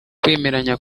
kwemeranya